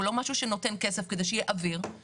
הוא לא משהו שנותן כסף כדי שיהיה אוויר.